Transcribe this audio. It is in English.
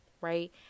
right